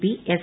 P S